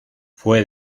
fue